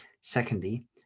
Secondly